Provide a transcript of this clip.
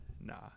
Nah